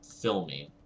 filming